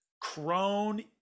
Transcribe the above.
crone